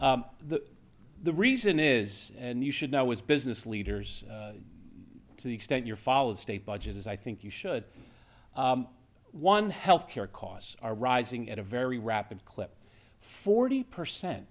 the the reason is and you should know is business leaders to the extent you're follow the state budget as i think you should one health care costs are rising at a very rapid clip forty percent